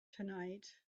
tonight